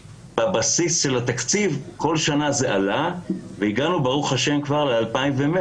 בבסיס של התקציב כל שנה זה עלה והגענו ברוך ה' ל-2,100,